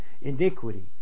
iniquity